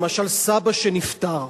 למשל סבא שנפטר.